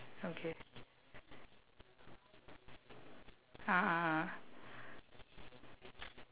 okay ah ah ah